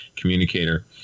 communicator